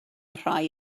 rhai